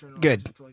Good